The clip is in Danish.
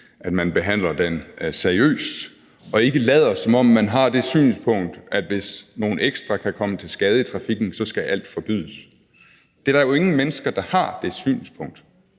at man behandler den seriøst og ikke lader, som om man har det synspunkt, at hvis nogle ekstra kan komme til skade i trafikken, skal alt forbydes. Det synspunkt er der jo ingen mennesker der har.